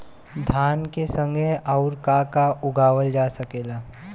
धान के संगे आऊर का का उगावल जा सकेला?